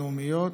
אנא בטובך,